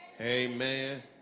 Amen